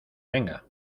venga